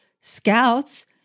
scouts